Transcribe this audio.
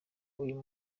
uyu